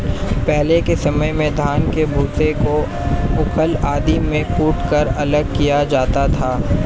पहले के समय में धान के भूसे को ऊखल आदि में कूटकर अलग किया जाता था